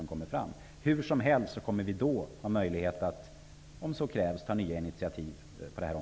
Hur som helst kommer vi då ha möjlighet att ta nya initiativ om så krävs.